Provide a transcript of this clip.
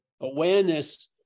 Awareness